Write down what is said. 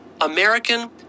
American